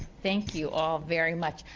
thank you all very much.